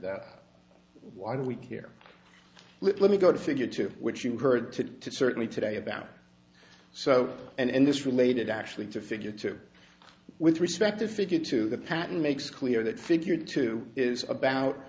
that why do we care let me go to figure to which you heard to certainly today about so and this related actually to figure two with respect to figure two the patent makes clear that figure two is about